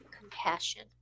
compassion